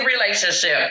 relationship